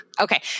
Okay